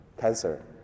cancer